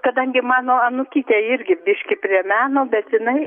kadangi mano anūkytė irgi biški prie meno bet jinai